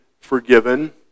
forgiven